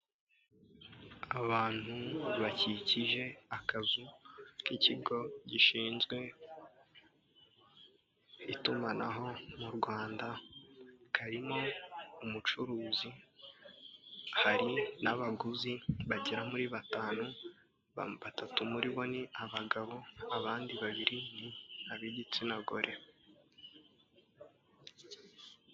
Abantu bakikije akazu k'ikigo gishinzwe itumanaho mu Rwanda. Karimo umucuruzi, hari n'abaguzi bagera kuri batanu, batatu muri bo ni abagabo abandi babiri ni ab'igitsina gore.